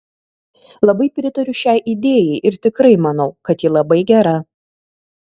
labai pritariu šiai idėjai ir tikrai manau kad ji labai gera